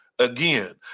Again